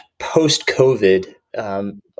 post-COVID